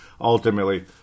ultimately